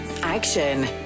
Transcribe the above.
action